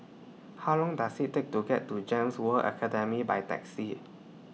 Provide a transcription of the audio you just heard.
How Long Does IT Take to get to Gems World Academy By Taxi